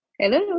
Hello